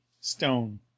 stone